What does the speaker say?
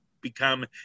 become